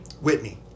Whitney